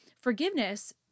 forgiveness